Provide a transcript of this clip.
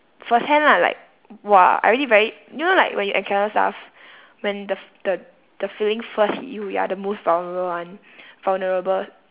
firsthand lah like !wah! I already very you know like when you encounter stuff when the f~ the the feeling first hit you you're the most vulnerable one vulnerable